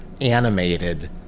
animated